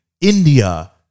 India